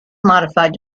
modified